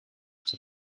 that